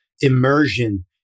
immersion